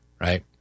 right